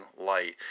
light